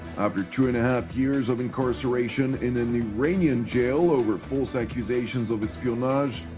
after two-and-a-half years of incarceration in an iranian jail over false accusations of espionage,